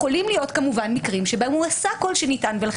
יכולים להיות כמובן מקרים בהם הוא עשה כל שניתן ולכן